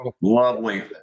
lovely